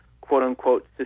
quote-unquote